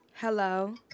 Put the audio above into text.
Hello